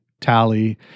tally